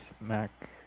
Mac